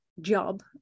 job